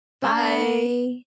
Bye